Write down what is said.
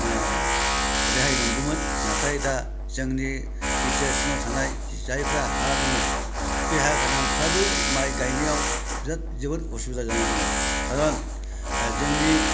रेहाय मोनगौमोन नाथाय दा जोंनि बि टि आर सिङाव थानाय जायफ्रा हा दङ बे हा गोनांफ्राबो माइ गायनायाव जोबोद असुबिदा जानानै दङ खारन जोंनि